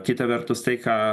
kita vertus tai ką